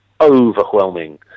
overwhelming